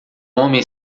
homem